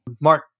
Mark